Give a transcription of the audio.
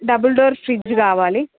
double door fridge కావాలి